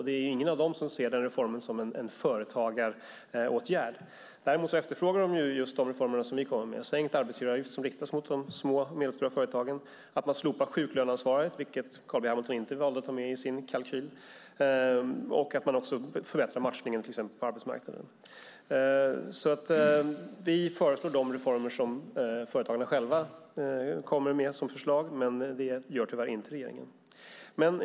Det är ingen av dem som ser reformen som en företagaråtgärd. Däremot efterfrågar de just de reformer vi kommer med. Det handlar om sänkt arbetsgivaravgift som riktas mot de små och medelstora företagen, att man slopar sjuklöneansvaret - vilket Carl B Hamilton valde att inte ta med i sin kalkyl - och att man också förbättrar matchningen på till exempel arbetsmarknaden. Vi föreslår alltså de reformer som företagarna själva kommer med som förslag, men det gör tyvärr inte regeringen.